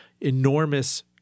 Enormous